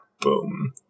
boom